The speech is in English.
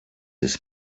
his